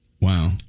Wow